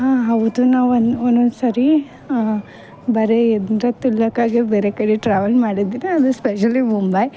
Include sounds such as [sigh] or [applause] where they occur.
ಹಾಂ ಹೌದು ನಾ ಒಂದು ಒನೊನ್ ಸರಿ ಬರೇ [unintelligible] ತಿರ್ಗಕಾಗೆ ಬೇರೆ ಕಡೆ ಟ್ರಾವೆಲ್ ಮಾಡಿದರೆ ಅದು ಸ್ಪೆಶಲಿ ಮುಂಬಾಯ್